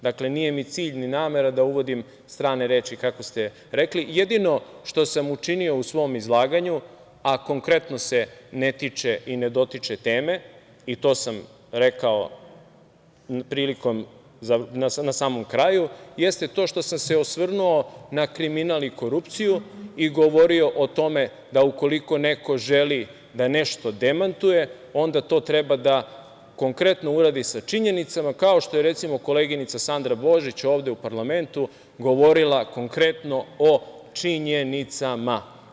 Dakle, nije mi cilj, ni namera da uvodim strane reči kako ste rekli, jedino što sam učinio u svom izlaganju, a konkretno se ne tiče i ne dotiče teme i to sam rekao na samom kraju, jeste to što sam se osvrnuo na kriminal i korupciju i govorio o tome da ukoliko neko želi da nešto demantuje, onda to treba da konkretno uradi sa činjenicama, kao što je recimo, koleginica Sandra Božić ovde u parlamentu govorila konkretno o činjenicama.